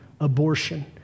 abortion